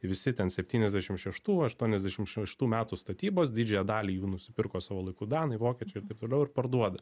visi ten septyniasdešim šeštų aštuoniasdešim šeštų metų statybos didžiąją dalį jų nusipirko savo laiku danai vokiečiai ir taip toliau ir parduoda